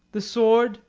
the sword,